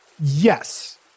Yes